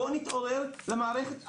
בואו נתעורר למערכת אחרת,